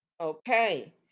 okay